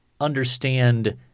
understand